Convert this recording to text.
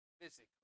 physically